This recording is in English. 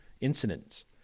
incidents